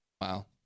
Wow